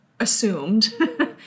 assumed